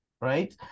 right